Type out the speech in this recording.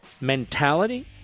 mentality